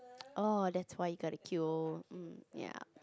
oh that's why you got to queue